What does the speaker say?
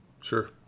Sure